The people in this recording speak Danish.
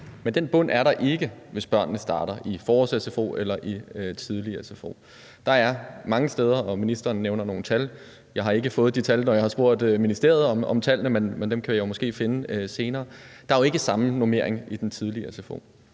Men den bund er der ikke, hvis børnene starter i forårs-sfo eller i tidlig sfo. Ministeren nævner nogle tal. Jeg har ikke fået de tal, når jeg har spurgt ministeriet om tallene, men dem kan jeg måske finde senere. Der er jo ikke samme normering i den tidlige sfo,